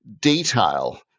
detail